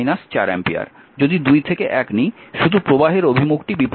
যদি 2 থেকে 1 নিই শুধু প্রবাহের অভিমুখটি বিপরীত হবে